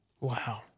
Wow